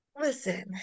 Listen